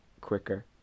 quicker